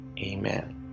amen